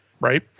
right